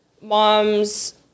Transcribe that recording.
Moms